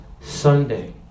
Sunday